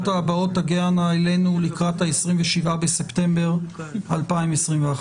הבאות תגענה אלינו לקראת ה-27 בספטמבר 2021. תודה.